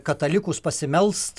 katalikus pasimelst